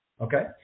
Okay